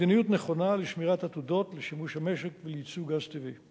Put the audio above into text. מדיניות נכונה לשמירת עתודות לשימוש המשק ולייצוא גז טבעי.